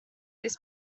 this